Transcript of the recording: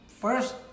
first